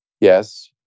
yes